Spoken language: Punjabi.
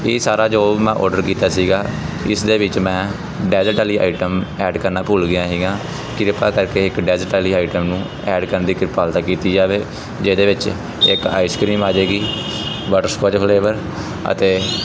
ਇਹ ਸਾਰਾ ਜੋ ਮੈਂ ਆਰਡਰ ਕੀਤਾ ਸੀਗਾ ਇਸ ਦੇ ਵਿੱਚ ਮੈਂ ਡੈਜ਼ਟ ਆਈਟਮ ਐਡ ਕਰਨਾ ਭੁੱਲ ਗਿਆ ਸੀਗਾ ਕਿਰਪਾ ਕਰਕੇ ਇੱਕ ਡੈਜਟ ਵਾਲੀ ਆਈਟਮ ਨੂੰ ਐਡ ਕਰਨ ਦੀ ਕਿਰਪਾਲਤਾ ਕੀਤੀ ਜਾਵੇ ਜਿਹਦੇ ਵਿੱਚ ਇੱਕ ਆਈਸਕ੍ਰੀਮ ਆ ਜਾਏਗੀ ਬਟ੍ਰਸਕੋਚ ਫਲੇਵਰ ਅਤੇ